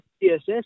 TSS